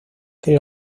que